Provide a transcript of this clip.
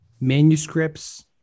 manuscripts